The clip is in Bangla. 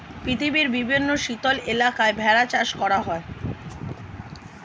পৃথিবীর বিভিন্ন শীতল এলাকায় ভেড়া চাষ করা হয়